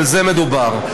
בזה מדובר.